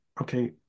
okay